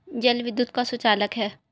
जल विद्युत का सुचालक है